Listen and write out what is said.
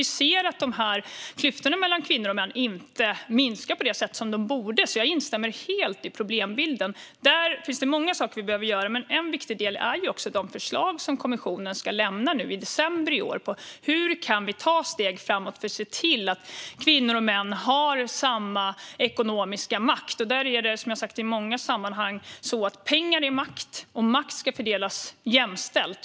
Vi ser att dessa klyftor mellan kvinnor och män inte minskar på det sätt som de borde. Jag instämmer därför helt i problembilden. Det finns många saker som vi behöver göra. Men en viktig del är de förslag som kommissionen ska lämna i december i år om hur vi kan ta steg framåt för att se till att kvinnor och män har samma ekonomiska makt. Som jag har sagt i många sammanhang är pengar makt, och makt ska fördelas jämställt.